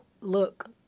Look